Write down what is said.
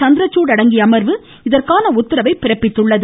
சந்திரசூட் அடங்கிய அமர்வு இதற்கான உத்தரவை பிறப்பித்தது